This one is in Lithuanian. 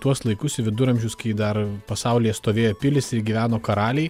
tuos laikus į viduramžius kai dar pasaulyje stovėjo pilys ir gyveno karaliai